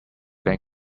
can